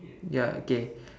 ya okay